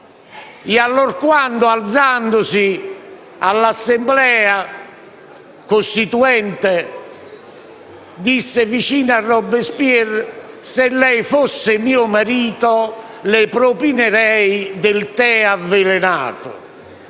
Allorquando, alzandosi nell'Assemblea costituente, ella disse, vicino a Robespierre: «Se lei fosse mio marito, le propinerei del tè avvelenato»,